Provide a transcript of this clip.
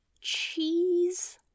Cheese